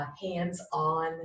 hands-on